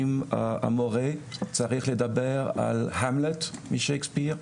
אם המורה צריך לדבר על המלט משייקספיר,